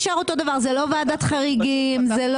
לבוא לוועדת כספים להציג את זה.